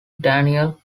daniel